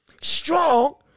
strong